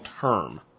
term